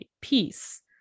peace